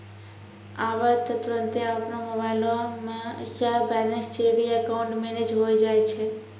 आबै त तुरन्ते अपनो मोबाइलो से बैलेंस चेक या अकाउंट मैनेज होय जाय छै